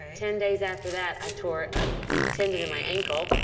ten days after that, i tore a tendon in my ankle. ah.